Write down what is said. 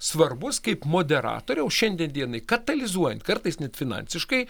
svarbus kaip moderatoriaus šiandien dienai katalizuojant kartais net finansiškai